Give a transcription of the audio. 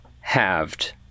halved